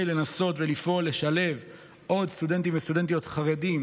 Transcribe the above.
לנסות ולפעול לשלב עוד סטודנטים וסטודנטיות חרדים,